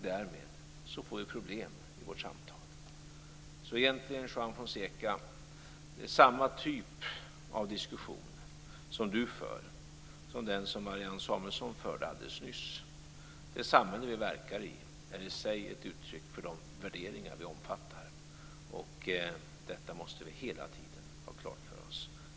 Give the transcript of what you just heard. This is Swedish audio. Därmed får vi problem i vårt samtal. Egentligen är den typ av diskussion som Juan Samuelsson förde alldeles nyss. Det samhälle vi verkar i är i sig ett uttryck för de värderingar vi omfattar. Detta måste vi hela tiden ha klart för oss.